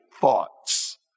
thoughts